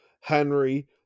Henry